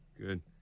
good